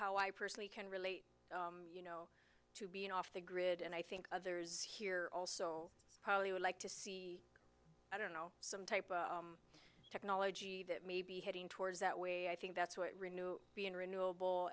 how i personally can relate you know to being off the grid and i think others here also probably would like to see i don't know some type of technology that may be heading towards that way i think that's what renewal being renewable